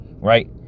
right